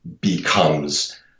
becomes